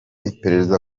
iperereza